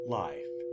life